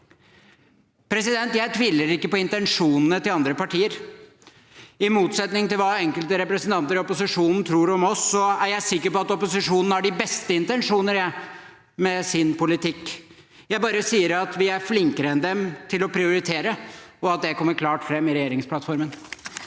Jeg tviler ikke på intensjonene til andre partier. I motsetning til hva enkelte representanter i opposisjonen tror om oss, er jeg sikker på at opposisjonen har de beste intensjoner med sin politikk. Jeg sier bare at vi er flinkere enn dem til å prioritere, og at det kommer klart fram i regjeringsplattformen.